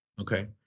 Okay